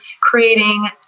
creating